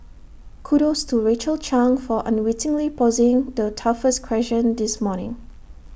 kudos to Rachel chang for unwittingly posing the toughest question this morning